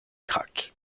craque